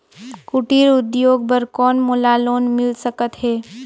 कुटीर उद्योग बर कौन मोला लोन मिल सकत हे?